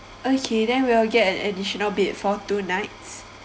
okay then we'll get an additional bed for two nights